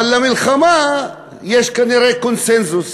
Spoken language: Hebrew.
למלחמה יש כנראה קונסנזוס.